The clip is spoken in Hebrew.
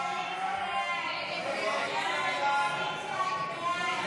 סעיף 15,